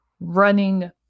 running